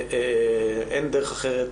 אין דרך אחרת